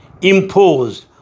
imposed